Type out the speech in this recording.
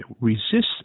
resist